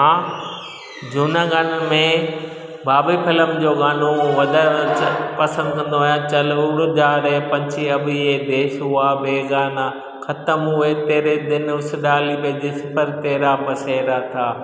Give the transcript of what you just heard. मां जूना गानन में भाभी फिल्म जो गानो वाधारो च पसंद कंदो आहियां चल उड़ जा रे पंछी अब ये देश हुआ बेगाना ख़तम हुए तेरे दिन उस डाली पे जिस पर तेरा बसेरा था